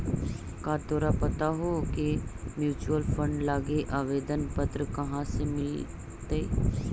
का तोरा पता हो की म्यूचूअल फंड लागी आवेदन पत्र कहाँ से मिलतई?